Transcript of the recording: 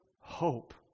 hope